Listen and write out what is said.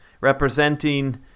representing